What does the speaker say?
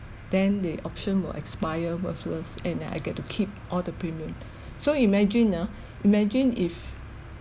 then the option will expire worthless and uh I get to keep all the premium so imagine uh imagine if